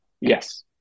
Yes